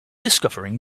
discovering